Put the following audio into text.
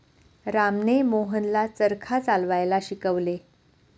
रामने मोहनला चरखा चालवायला शिकवले